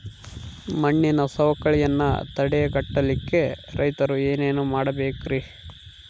ಮಣ್ಣಿನ ಸವಕಳಿಯನ್ನ ತಡೆಗಟ್ಟಲಿಕ್ಕೆ ರೈತರು ಏನೇನು ಮಾಡಬೇಕರಿ?